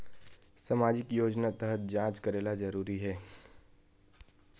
सामजिक योजना तहत जांच करेला जरूरी हे